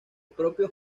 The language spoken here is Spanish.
propio